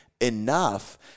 enough